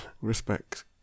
respect